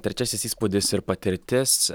trečiasis įspūdis ir patirtis